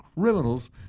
criminals